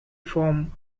form